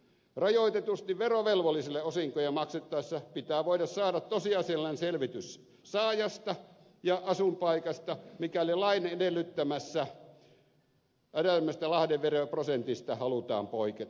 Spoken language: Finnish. rajoitetusti verovelvollisille osinkoja maksettaessa pitää voida saada tosiasiallinen selvitys saajasta ja asuinpaikasta mikäli lain edellyttämästä lähdeveroprosentista halutaan poiketa